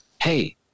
hey